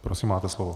Prosím, máte slovo.